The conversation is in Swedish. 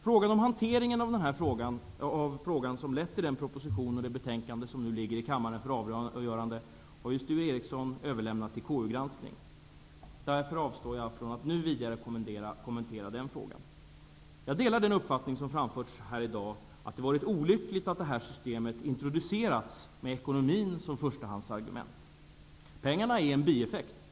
Frågan om hanteringen av den fråga som har lett till den proposition och det betänkande som nu ligger på riksdagens bord för avgörande har ju Sture Ericson överlämnat till KU för granskning. Därför avstår jag nu från att vidare kommentera frågan. Jag delar den uppfattning som här har framförts, att det hade varit olyckligt om detta system introducerats med ekonomin som förstahandsargument. Pengarna är en bieffekt.